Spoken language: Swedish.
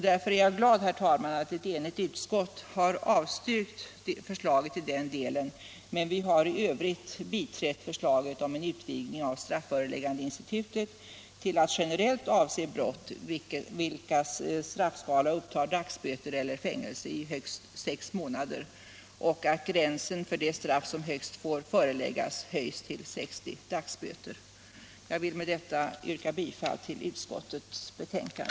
Därför är jag glad, herr talman, att ett enigt utskott har avstyrkt förslaget iden delen, medan utskottet i övrigt har biträtt förslaget om en utvidgning av strafföreläggandeinstitutet till att generellt avse brott, vilkas straffskala upptar dagsböter eller fängelse i högst sex månader och att gränsen för det straff som högst får föreläggas höjs till 60 dagsböter. Herr talman! Jag vill med detta yrka bifall till utskottets hemställan.